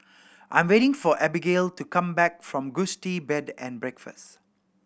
I'm waiting for Abigale to come back from Gusti Bed and Breakfast